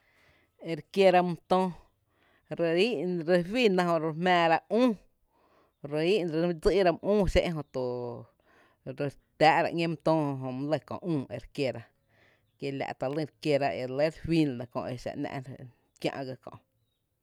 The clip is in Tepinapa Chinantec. Ere kiéra mý töö re íí’ re fïna jö re jmⱥⱥ ra üú, re í’ re dsí’ra mý üü xé’n jöto re tⱥⱥ’ra ‘ñéé mý töó jö, Jó my lɇ köö üú re kiéra kiela’ talyn re kiera e re lɇ re fín la nɇ jö exa ‘ná’ kiä’ gá kö’.